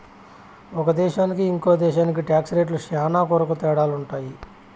ఒక దేశానికి ఇంకో దేశానికి టాక్స్ రేట్లు శ్యానా కొరకు తేడాలుంటాయి